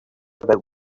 about